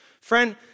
Friend